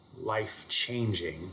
life-changing